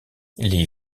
les